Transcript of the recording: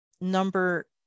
number